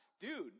dude